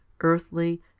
earthly